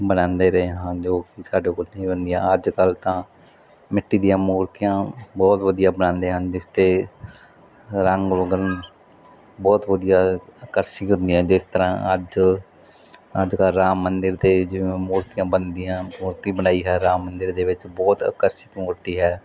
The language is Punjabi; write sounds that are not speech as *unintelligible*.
ਬਣਾਉਂਦੇ ਰਹੇ ਹਾਂ ਜੋ ਕਿ ਸਾਡੇ ਕੋਲ *unintelligible* ਅੱਜ ਕੱਲ੍ਹ ਤਾਂ ਮਿੱਟੀ ਦੀਆਂ ਮੂਰਤੀਆਂ ਬਹੁਤ ਵਧੀਆ ਬਣਾਉਂਦੇ ਹਨ ਜਿਸ 'ਤੇ ਰੰਗ ਰੋਗਨ ਬਹੁਤ ਵਧੀਆ ਆਕਰਸ਼ਿਕ ਹੁੰਦੀਆਂ ਜਿਸ ਤਰ੍ਹਾਂ ਅੱਜ ਅੱਜ ਕੱਲ੍ਹ ਰਾਮ ਮੰਦਰ 'ਤੇ ਜਿਵੇਂ ਮੂਰਤੀਆਂ ਬਣਦੀਆਂ ਮੂਰਤੀ ਬਣਾਈ ਹੈ ਰਾਮ ਮੰਦਰ ਦੇ ਵਿੱਚ ਬਹੁਤ ਆਕਰਸ਼ਿਕ ਮੂਰਤੀ ਹੈ